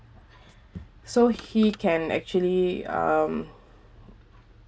so he can actually um